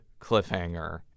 cliffhanger